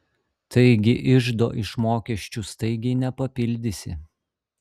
taigi iždo iš mokesčių staigiai nepapildysi